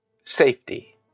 safety